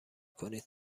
کنید